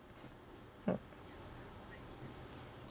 mm